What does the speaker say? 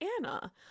Anna